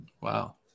Wow